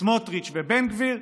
סמוטריץ' ובן גביר,